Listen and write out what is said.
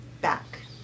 back